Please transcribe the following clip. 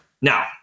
Now